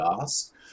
ask